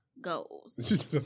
Goals